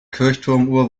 kirchturmuhr